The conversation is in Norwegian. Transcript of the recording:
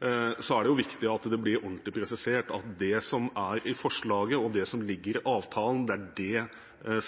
er det viktig at det blir ordentlig presisert at det som er i forslaget, og det som ligger i avtalen, er det